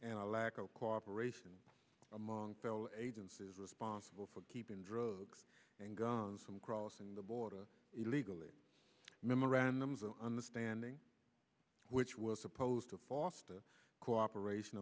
i lack of cooperation among fellow agencies responsible for keeping drugs and guns from crossing the border illegally memorandums of understanding which was supposed to foster cooperation